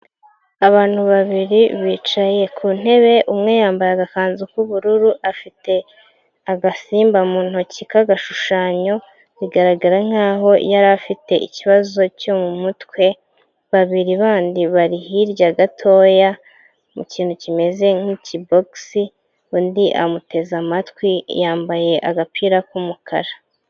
Abantu babiri bicaye ku ntebe, umwe yambaye agakanzu k'ubururu, afite agasimba mu ntoki k'agashushanyo, bigaragara nk'aho yari afite ikibazo cyo mu mutwe, babiri bandi bari hirya gatoya, mu kintu kimeze nk'ikibokisi, undi amuteze amatwi, yambaye agapira k'umukara.